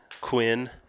Quinn